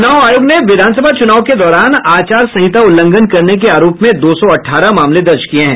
च्रनाव आयोग ने विधानसभा चूनाव के दौरान आचार संहिता उल्लंघन करने के आरोप में दो सौ अठारह मामले दर्ज किये हैं